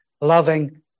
loving